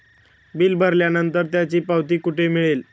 Bill भरल्यानंतर त्याची पावती मला कुठे मिळेल?